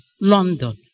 London